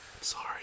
sorry